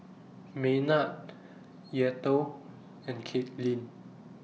Maynard Eathel and Katlynn